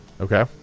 Okay